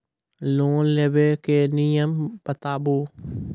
Loan लेबे के नियम बताबू?